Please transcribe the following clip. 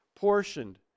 portioned